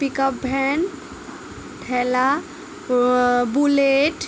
pickup van ঠেলা bullet